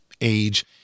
age